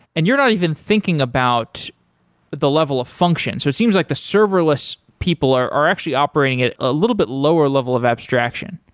and you're not even thinking about the level of functions. so it seems like the serverless people are are actually operating it a little bit lower level of abstraction.